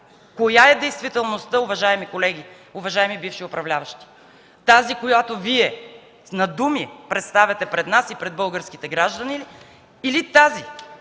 Коя е действителността, уважаеми колеги, уважаеми бивши управляващи – тази, която Вие на думи представяте пред нас и пред българските граждани или тази